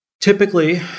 Typically